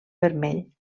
vermell